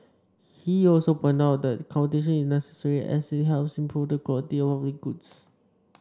he also pointed out that competition is necessary as it helps improve the quality of public goods